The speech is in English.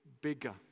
bigger